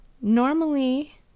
normally